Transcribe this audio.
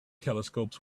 telescopes